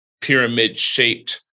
pyramid-shaped